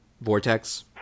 Vortex